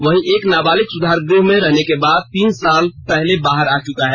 वहीं एक नाबालिग सुधार गृह में रहने के बाद तीन साल पहले बाहर आ चुका है